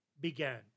began